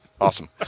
Awesome